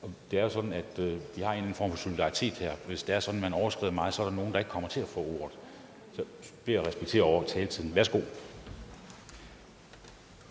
det er jo sådan, at vi har en eller anden form for solidaritet her: Hvis det er sådan, at man overskrider meget, så er der nogle, der ikke kommer til at få ordet. Så respekter og overhold taletiden. Værsgo.